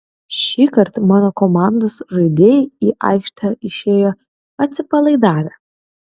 šįkart mano komandos žaidėjai į aikštę išėjo atsipalaidavę